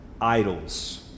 idols